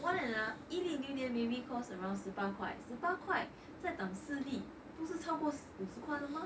one and a 一粒榴莲 maybe cost around 十八块十八块在 times 四粒不是超过五十块了吗